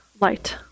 light